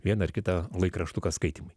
vieną ar kitą laikraštuką skaitymui